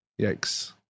Yikes